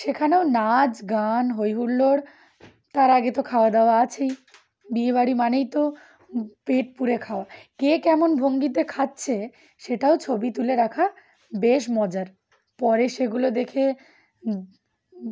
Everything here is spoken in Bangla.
সেখানেও নাচ গান হৈহুল্লড় তার আগে তো খাওয়া দাওয়া আছেই বিয়েবাড়ি মানেই তো পেট পুড়ে খাওয়া কে কেমন ভঙ্গিতে খাচ্ছে সেটাও ছবি তুলে রাখা বেশ মজার পরে সেগুলো দেখে